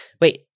wait